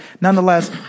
nonetheless